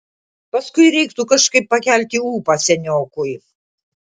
paskui reiktų kažkaip pakelti ūpą seniokui